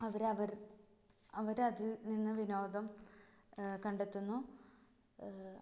അവരതിൽ നിന്ന് വിനോദം കണ്ടെത്തുന്നു